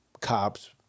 cops